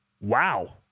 Wow